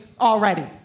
already